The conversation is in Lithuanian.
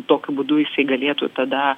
tokiu būdu jisai galėtų tada